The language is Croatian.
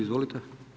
Izvolite.